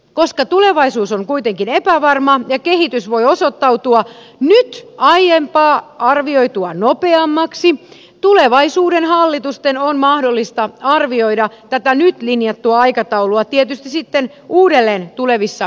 koska tulevaisuus on kuitenkin epävarma ja kehitys voi osoittautua nyt aiempaa arvioitua nopeammaksi tulevaisuuden hallitusten on mahdollista arvioida tätä nyt linjattua aikataulua tietysti sitten uudelleen tulevissa välitarkasteluissa